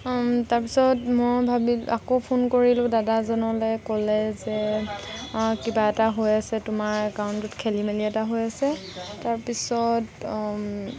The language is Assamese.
তাৰ পিছত মই ভাবিলোঁ আকৌ ফোন কৰিলোঁ দাদাজনলৈ ক'লে যে কিবা এটা হৈ আছে তোমাৰ একাউণ্টত খেলিমেলি এটা হৈ আছে তাৰ পিছত